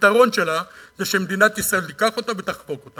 הפתרון שלו זה שמדינת ישראל תיקח אותו ותחבוק אותו.